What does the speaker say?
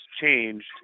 changed